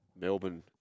Melbourne